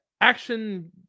action